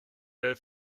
der